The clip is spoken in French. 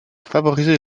favoriser